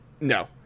no